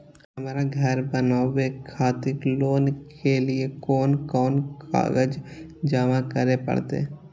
हमरा घर बनावे खातिर लोन के लिए कोन कौन कागज जमा करे परते?